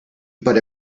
but